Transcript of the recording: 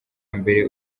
mbere